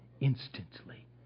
instantly